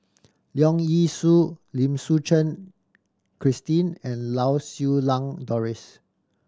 Leong Yee Soo Lim Suchen Christine and Lau Siew Lang Doris